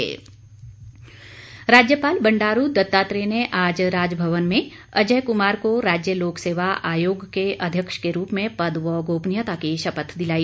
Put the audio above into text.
शपथ राज्यपाल बंडारू दत्तात्रेय ने आज राजभवन में अजय कुमार को राज्य लोक सेवा आयोग के अध्यक्ष के रूप में पद व गोपनीयता की शपथ दिलाई